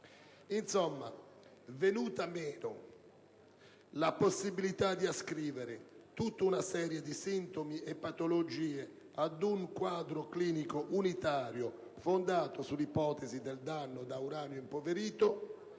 militari. Venuta meno la possibilità di ascrivere tutta una serie di sintomi e patologie ad un quadro clinico unitario fondato sull'ipotesi del danno da uranio impoverito,